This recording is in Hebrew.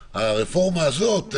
אם הן חלק מהסיטואציה של הפרת בידוד או